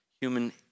human